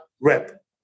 rep